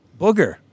Booger